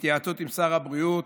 בהתייעצות עם שר הבריאות,